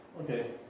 Okay